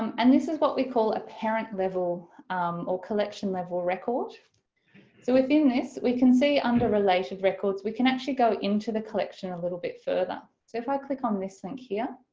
um and this is what we call a parent level or collection level record so within this we can see under related records', we can actually go into the collection a little bit further. so if i click on this link here,